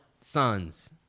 sons